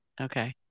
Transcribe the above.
okay